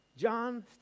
John